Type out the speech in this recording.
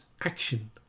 action